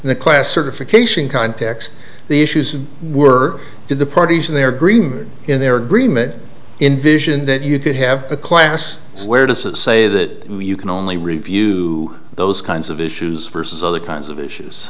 n the class certification context the issues were to the parties in their agreement in their agreement in vision that you could have a class where does it say that you can only review those kinds of issues versus other kinds of issues